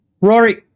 Rory